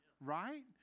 right